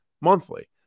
monthly